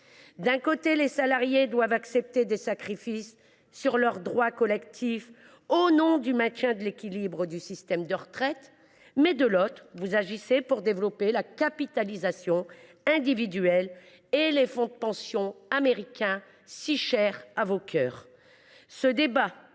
D’un côté, les salariés doivent accepter des sacrifices sur leurs droits collectifs au nom du maintien de l’équilibre du système de retraites. De l’autre, mes chers collègues de droite, vous agissez pour développer la capitalisation individuelle et les fonds de pension américains, si chers à vos cœurs.